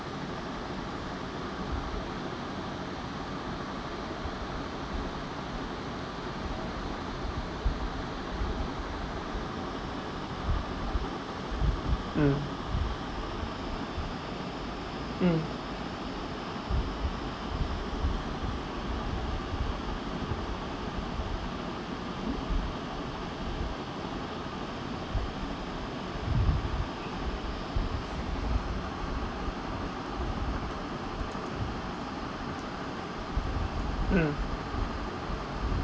mm mm mm